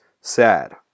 sad